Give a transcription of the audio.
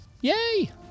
Yay